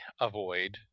avoid